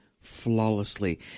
flawlessly